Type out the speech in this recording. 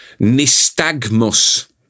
nystagmus